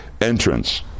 entrance